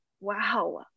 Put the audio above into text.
wow